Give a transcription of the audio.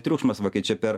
triukšmas va kai čia per